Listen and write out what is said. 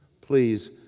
please